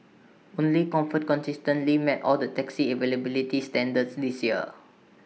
only comfort consistently met all the taxi availability standards this year